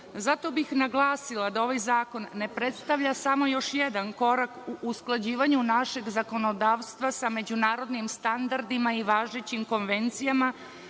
Zato bih naglasila da ovaj zakon ne predstavlja samo još jedan korak u usklađivanju našeg zakonodavstva sa međunarodnim standardima i važećim konvencijama,